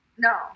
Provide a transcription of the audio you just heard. No